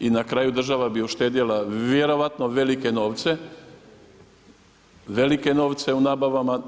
I na kraju država bi uštedjela vjerojatno velike novce, velike novce u nabavama.